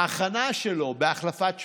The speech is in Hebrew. ההכנה שלו בהחלפת שמנים,